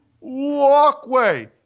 walkway